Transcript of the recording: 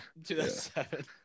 2007